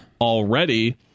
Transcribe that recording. already